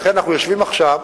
לכן אנחנו יושבים עכשיו,